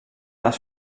les